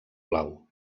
blau